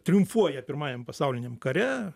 triumfuoja pirmajam pasauliniam kare